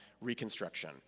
Reconstruction